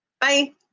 bye